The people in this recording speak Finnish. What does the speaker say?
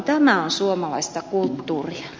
tämä on suomalaista kulttuuria